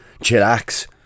chillax